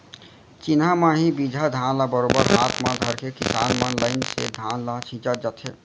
चिन्हा म ही बीजहा धान ल बरोबर हाथ म धरके किसान मन लाइन से धान ल छींचत जाथें